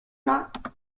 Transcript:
not